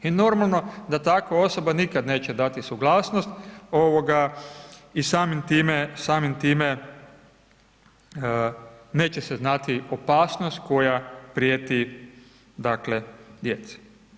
I normalno da takva osoba nikad neće dati suglasnost i samim time, samim time neće se znati opasnost koja prijeti dakle djeci.